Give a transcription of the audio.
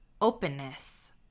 openness